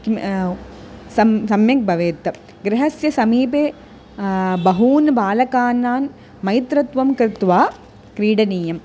किं सम्यक् भवेत् गृहस्य समीपे बहूनां बालकानां मैत्रत्वं कृत्वा क्रीडनीयम्